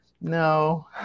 no